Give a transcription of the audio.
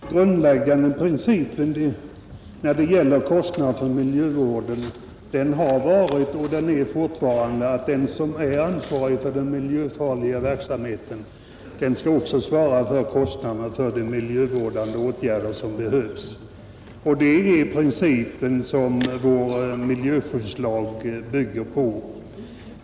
Herr talman! Den grundläggande principen när det gäller kostnader för miljövården har varit och är fortfarande att den som är ansvarig för den miljöfarliga verksamheten också skall svara för kostnaderna för de miljövårdande åtgärder som behövs. Det är detta som vår miljöskyddslag bygger på.